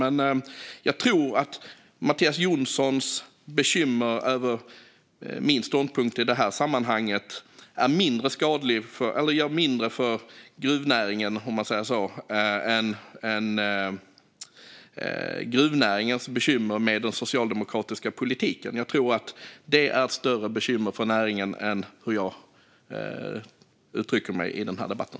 Men jag tror att Mattias Jonssons bekymmer över min ståndpunkt i det här sammanhanget gör mindre för gruvnäringen än gruvnäringens bekymmer med den socialdemokratiska politiken. Jag tror att det är ett större bekymmer för näringen än hur jag uttrycker mig i den här debatten.